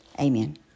Amen